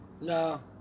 No